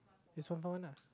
is from her one lah